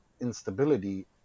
instability